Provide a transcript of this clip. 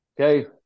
Okay